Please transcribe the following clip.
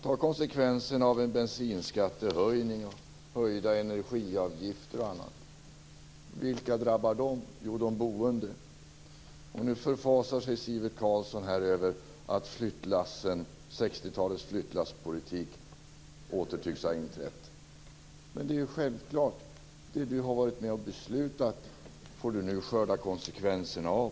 Ta konsekvensen av bensinskattehöjningen och höjda energiavgifter. Vilka drabbar de? Jo, de boende. Nu förfasar sig Sivert Carlsson över att flyttlassen, 60-talets flyttlasspolitik åter tycks ha inträtt. Det är självklart, för det han har varit med om att besluta får han nu skörda konsekvenserna av.